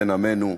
בן עמנו,